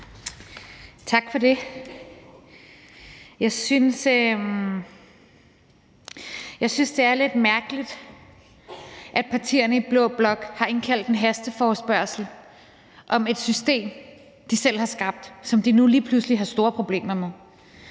Tak for det. Jeg synes, det er lidt mærkeligt, at partierne i blå blok har indkaldt til en hasteforespørgsel om et system, de selv har skabt, og som de nu lige pludselig har store problemer med.